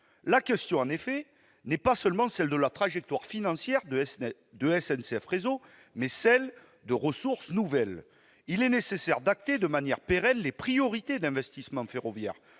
La question n'est pas seulement celle de la trajectoire financière de SNCF Réseau, mais aussi celle des ressources nouvelles. Il est nécessaire d'acter de manière pérenne les priorités d'investissements ferroviaires